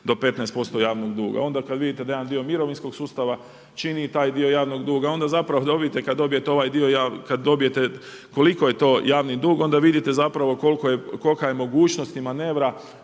do 15% javnog duga. Onda kad vidite da jedan dio mirovinskog sustava čini i taj dio javnog duga, onda zapravo dobijete, kad dobijete ovaj dio, kad dobijete koliko je to javni dug, onda vidite zapravo kolika je mogućnost manevra